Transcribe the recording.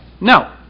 No